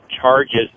charges